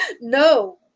no